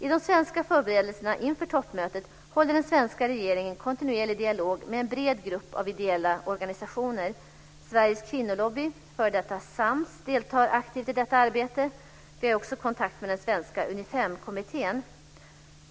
I de svenska förberedelserna inför toppmötet håller den svenska regeringen kontinuerlig dialog med en bred grupp av ideella organisationer. Sveriges kvinnolobby, f.d. SAMS, deltar aktivt i detta arbete. Vi har också kontakt med den svenska Unifemkommittén.